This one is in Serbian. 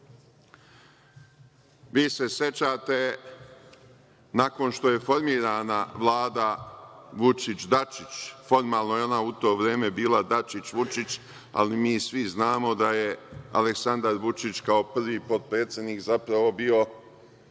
se sećate, nakon što je formirana Vlada Vučić-Dačić, formalno je ona u to vreme bila Dačić-Vučić, ali mi svi znamo da je Aleksandar Vučić kao prvi potpredsednik zapravo bio